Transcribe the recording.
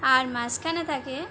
আর মাঝখানে থাকে